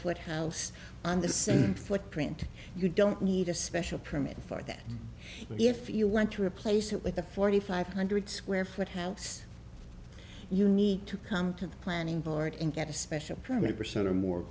foot house on the same footprint you don't need a special permit for that if you want to replace it with a forty five hundred square foot house you need to come to the planning board and get a special permit percent or more